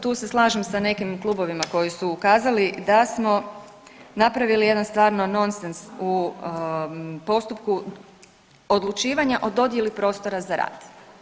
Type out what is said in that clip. Tu se slažem sa nekim klubovima koji su ukazali da smo napravili jedan stvarno nonsens u postupku odlučivanja o dodjeli prostora za rad.